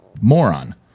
moron